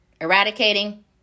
Eradicating